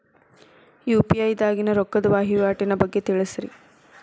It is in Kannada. ಯು.ಪಿ.ಐ ದಾಗಿನ ರೊಕ್ಕದ ವಹಿವಾಟಿನ ಬಗ್ಗೆ ತಿಳಸ್ರಿ